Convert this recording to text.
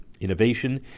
innovation